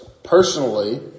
Personally